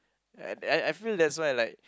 I I feel that's why like